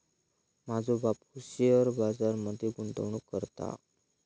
माझो बापूस शेअर बाजार मध्ये गुंतवणूक करता